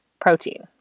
protein